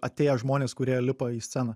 atėję žmonės kurie lipa į sceną